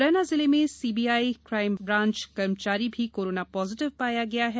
मुरैना जिले में CBI crime branch कर्मचारी भी कोरोना पाजीटिव पाया गया है